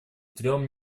трем